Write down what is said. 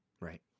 Right